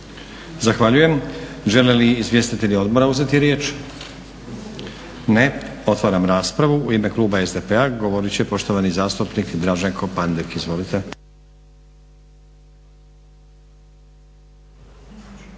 Zahvaljujem. Žele li izvjestitelji odbora uzeti riječ? Ne. Otvaram raspravu. U ime kluba SDP-a govorit će poštovani zastupnik Draženko Pandek. Izvolite.